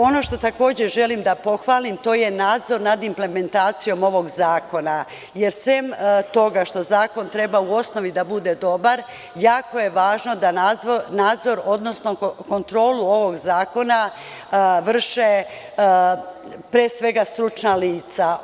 Ono što takođe želim da pohvalim to je nadzor nad implementacijom ovog zakona, jer osim toga što zakon treba u osnovi da bude dobar, jako je važno da nadzor, odnosno kontrolu ovog zakona vrše pre svega stručna lica.